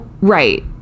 right